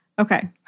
okay